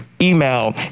email